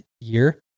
year